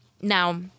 Now